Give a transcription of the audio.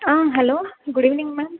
hello good evening ma'am